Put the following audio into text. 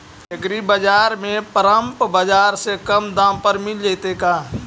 एग्रीबाजार में परमप बाजार से कम दाम पर मिल जैतै का?